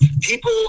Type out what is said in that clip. people